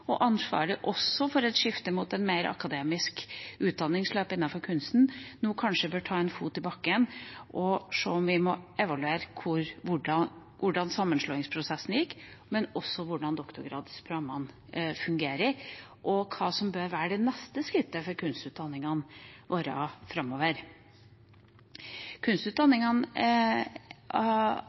mot et mer akademisk utdanningsløp innenfor kunsten, nå kanskje bør ta en fot i bakken og se om vi må evaluere hvordan sammenslåingsprosessen gikk, hvordan doktorgradsprogrammene fungerer, og hva som bør være det neste skrittet for kunstutdanningene våre framover. Kunstutdanningene